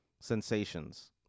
sensations